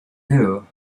new